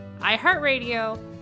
iHeartRadio